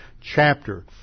chapter